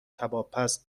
کبابپز